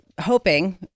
hoping